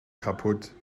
kaputt